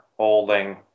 holding